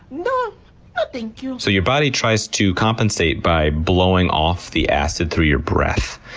no! no thank you. so your body tries to compensate by blowing off the acid through your breath,